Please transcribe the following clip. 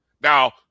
Now